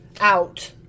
out